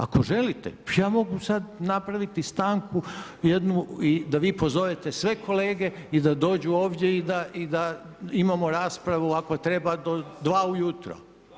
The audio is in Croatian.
Ako želite, ja mogu sada napraviti stanku jednu da vi pozovete sve kolege i da dođu ovdje i da imamo raspravu ako treba do 2 ujutro.